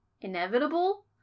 inevitable